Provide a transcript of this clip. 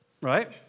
Right